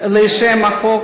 לשם החוק